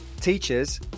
teachers